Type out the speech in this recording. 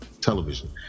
television